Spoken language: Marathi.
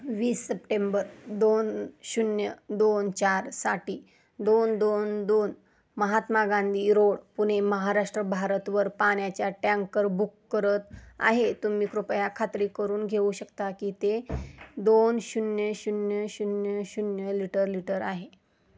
वीस सप्टेंबर दोन शून्य दोन चार साठी दोन दोन दोन महात्मा गांधी रोड पुणे महाराष्ट्र भारतवर पाण्याचा टँकर बुक करत आहे तुम्ही कृपया खात्री करून घेऊ शकता की ते दोन शून्य शून्य शून्य शून्य लिटर लिटर आहे